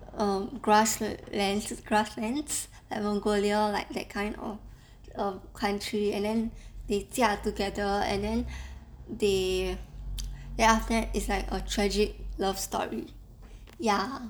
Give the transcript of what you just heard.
err grassla~ grasslands like mongolia like that kind of um country and then they 嫁 together and then they then after is like a tragic love story ya